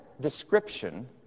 description